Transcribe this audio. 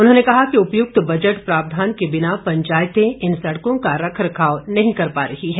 उन्होंने कहा कि उपयुक्त बजट प्रावधान के बिना पंचायतें इन सड़कों का रख रखाव नहीं कर पा रही है